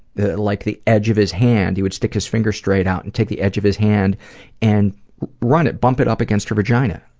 like, the edge of his hand he would stick his fingers straight out and take the edge of his hand and run it bump it up against her vagina,